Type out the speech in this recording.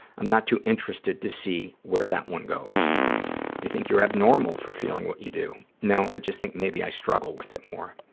i'm not too interested to see where that one goes. do you think you're abnormal for feeling what you do? no. i just think maybe i struggle with it more.